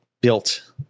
built